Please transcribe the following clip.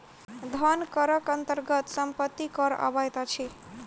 धन करक अन्तर्गत सम्पत्ति कर अबैत अछि